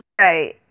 Right